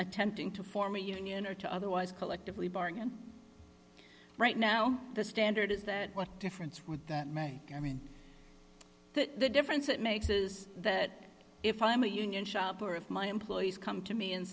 attempting to form a union or to otherwise collectively bargain right now the standard is that what difference would that make i mean the difference it makes is that if i'm a union shop or if my employees come to me and